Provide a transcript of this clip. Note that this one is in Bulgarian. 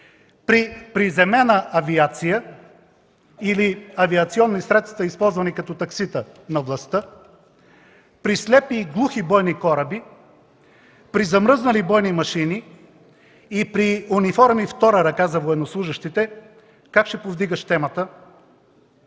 При приземена авиация, при авиационни средства, използвани като таксита на властта, при слепи и глухи двойни кораби, при замръзнали бойни машини и при униформи втора ръка за военнослужещите, как ще повдигаш темата?!